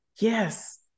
Yes